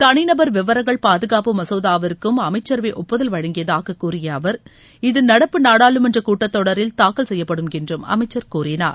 தனிநபர் விவரங்கள் பாதுகாப்பு மசோதாவிற்கும் அமைச்சரவை ஒப்புதல் வழங்கியதாக கூறிய அவர் இது நடப்பு நாடாளுமன்ற கூட்டத்தொடரில் தாக்கல் செய்யப்படும் என்றும் அமைச்சர் கூறினார்